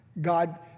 God